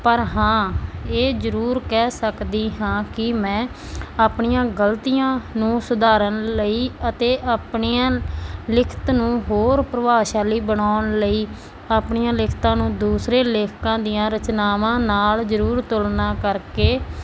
ਪਰ ਹਾਂ ਇਹ ਜ਼ਰੂਰ ਕਹਿ ਸਕਦੀ ਹਾਂ ਕਿ ਮੈਂ ਆਪਣੀਆਂ ਗਲਤੀਆਂ ਨੂੰ ਸੁਧਾਰਨ ਲਈ ਅਤੇ ਆਪਣੀਆਂ ਲਿਖਤ ਨੂੰ ਹੋਰ ਪਰਿਭਾਸ਼ਾ ਲਈ ਬਣਾਉਣ ਲਈ ਆਪਣੀਆਂ ਲਿਖਤਾਂ ਨੂੰ ਦੂਸਰੇ ਲੇਖਕਾਂ ਦੀਆਂ ਰਚਨਾਵਾਂ ਨਾਲ ਜ਼ਰੂਰ ਤੁਲਨਾ ਕਰਕੇ